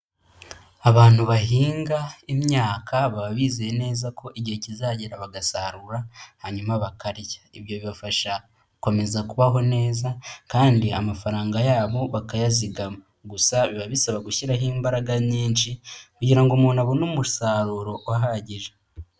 Abantu bahinga imyaka baba bizeye neza ko igihe kizagera bagasarura, hanyuma bakarya. Ibyo bibafasha gukomeza kubaho neza, kandi amafaranga yabo bakayazigama. Gusa biba bisaba gushyiraho imbaraga nyinshi, kugira ngo umuntu abone umusaruro uhagije.